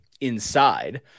inside